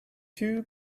too